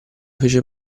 fece